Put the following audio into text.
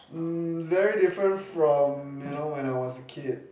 um very different from you know when I was a kid